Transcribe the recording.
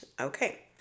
Okay